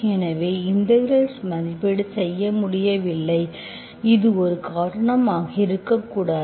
எனவே இன்டெகிரெட் மதிப்பீடு செய்ய முடியவில்லை இது ஒரு காரணமாக இருக்கக்கூடாது